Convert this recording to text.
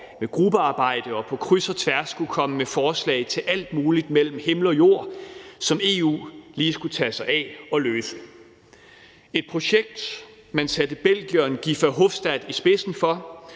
i gruppearbejde og på kryds og tværs skulle komme med forslag til alt muligt mellem himmel og jord, som EU lige skulle tage sig af og løse; et projekt, man satte belgieren Guy Verhofstadt i spidsen for,